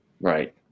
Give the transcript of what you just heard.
Right